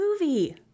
movie